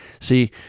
see